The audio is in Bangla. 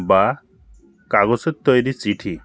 বা কাগজের তৈরী চিঠি